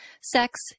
sex